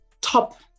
top